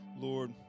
Lord